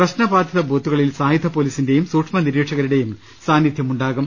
പ്രശ്നബാധിത ബൂത്തുകളിൽ സായുധ പൊലീസിന്റെയും സൂക്ഷ്മ നിരീക്ഷകരുടെയും സാന്നിധ്യമുണ്ടാകും